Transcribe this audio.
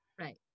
right